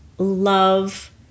Love